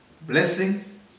blessing